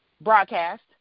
broadcast